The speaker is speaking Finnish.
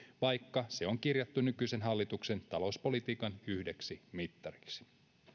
vaikka se on kirjattu nykyisen hallituksen talouspolitiikan yhdeksi mittariksi